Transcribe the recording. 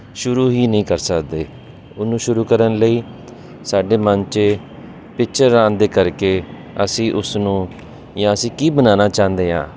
ਸ਼ੁਰੂ ਹੀ ਨਹੀਂ ਕਰ ਸਕਦੇ ਉਹਨੂੰ ਸ਼ੁਰੂ ਕਰਨ ਲਈ ਸਾਡੇ ਮਨ 'ਚ ਪਿੱਚਰਾਂ ਦੇ ਕਰਕੇ ਅਸੀਂ ਉਸਨੂੰ ਜਾਂ ਅਸੀਂ ਕੀ ਬਣਾਉਣਾ ਚਾਹੁੰਦੇ ਹਾਂ